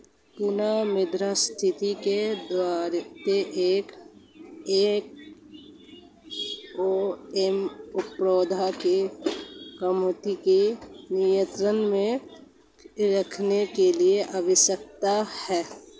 पुनः मुद्रास्फीति को देखते हुए हमें उत्पादों की कीमतों को नियंत्रण में रखने की आवश्यकता है